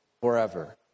forever